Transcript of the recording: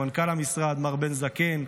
למנכ"ל המשרד מר בן זקן,